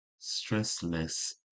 stressless